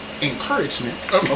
encouragement